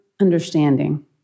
understanding